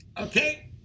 Okay